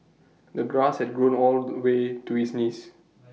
the grass had grown all the way to his knees